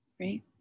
Right